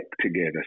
together